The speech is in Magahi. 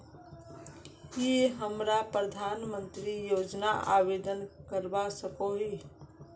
की हमरा प्रधानमंत्री योजना आवेदन करवा सकोही?